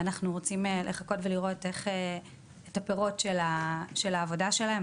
ואנחנו רוצים לחכות ולראות את הפירות של העבודה שלהם.